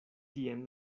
tien